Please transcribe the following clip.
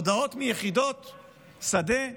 הודעות מיחידות שדה,